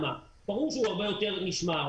ברור שהוא הרבה יותר נשמר,